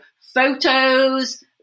photos